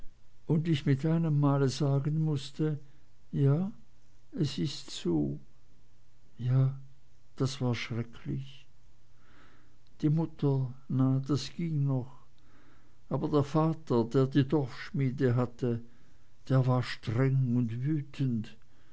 und ich mit einem male sagen mußte ja es ist so ja das war schrecklich die mutter na das ging noch aber der vater der die dorfschmiede hatte der war streng und wütend